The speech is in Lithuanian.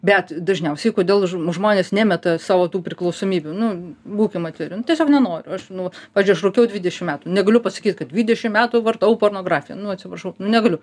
bet dažniausiai kodėl žm žmonės nemeta savo tų priklausomybių nu būkim atviri nu tiesiog nenoriu aš nu pavyzdžiui aš rūkiau dvidešim metų negaliu pasakyt kad dvidešim metų vartojau pornografiją nu atsiprašau nu negaliu